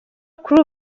crew